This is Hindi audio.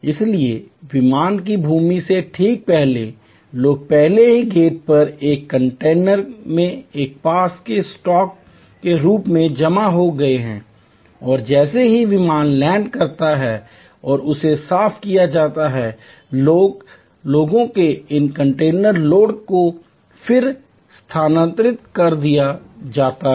इसलिए विमान की भूमि से ठीक पहले लोग पहले ही गेट पर एक कंटेनर में एक प्रकार के स्टॉक के रूप में जमा हो गए हैं और जैसे ही विमान लैंड करता है और उसे साफ किया जाता है लोगों के इन कंटेनर लोड को फिर स्थानांतरित कर दिया जाता है